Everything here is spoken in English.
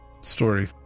story